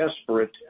desperate